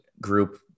group